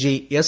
G S